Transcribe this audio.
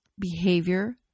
behavior